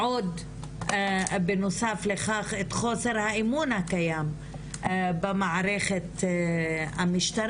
זה עוד בנוסף לכך את חוסר האמון הקיים במערכת המשטרה,